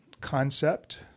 concept